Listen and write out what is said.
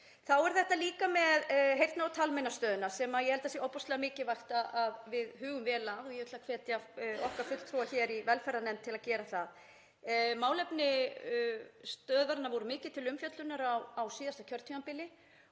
Þá er þetta líka með Heyrnar- og talmeinastöðina sem ég held að sé ofboðslega mikilvægt að við hugum vel að og ég ætla að hvetja okkar fulltrúa í velferðarnefnd til að gera það. Málefni stöðvarinnar voru mikið til umfjöllunar á síðasta kjörtímabili